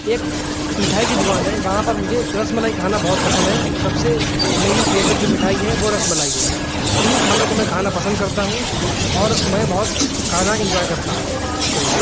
ایک مٹھائی کی دکان ہے وہاں پر مجھے رس ملائی کھانا بہت پسند ہے سب سے میری فیوریٹ جو مٹھائی ہے وہ رس ملائی ہے انہیں کھانوں کو میں کھانا پسند کرتا ہوں اور میں بہت کھانا انجوائے کرتا ہوں شکریہ